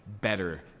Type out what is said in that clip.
better